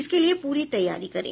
इसके लिये पूरी तैयारी करें